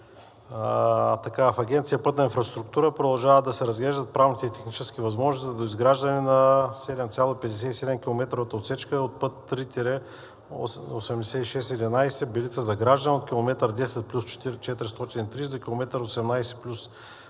В Агенция „Пътна инфраструктура“ продължават да се разглеждат правните и техническите възможности за доизграждане на 7,57 км отсечка от път III-8611, Белица – Загражден от км 10+430 до км 18+000